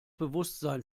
bewusstsein